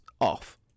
off